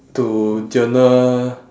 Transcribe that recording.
to journal